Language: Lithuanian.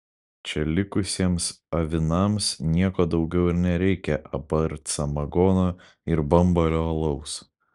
čia likusiems avinams nieko daugiau ir nereikia apart samagono ir bambalio alaus